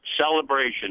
celebration